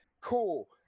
cool